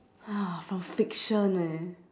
uh from fiction eh